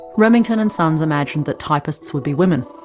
remington and sons imagined the typists would be women,